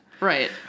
Right